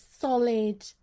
solid